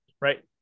right